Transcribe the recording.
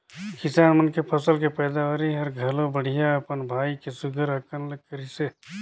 किसान मन के फसल के पैदावरी हर घलो बड़िहा अपन भाई के सुग्घर अकन ले करिसे